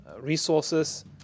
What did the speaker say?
resources